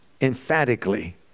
emphatically